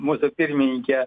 mūsų pirmininkė